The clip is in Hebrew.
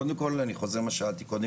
קודם כל אני חוזר למה ששאלתי קודם,